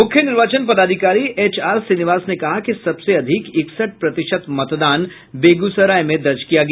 मुख्य निर्वाचन पदाधिकारी एच आर श्रीनिवास ने कहा कि सबसे अधिक इकसठ प्रतिशत मतदान बेगूसराय में दर्ज किया गया